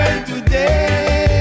Today